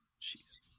Jesus